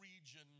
region